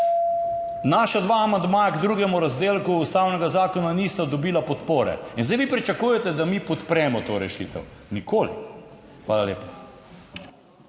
Naša dva amandmaja k drugemu razdelku ustavnega zakona nista dobila podpore, in zdaj vi pričakujete, da mi podpremo to rešitev. Nikoli. Hvala lepa.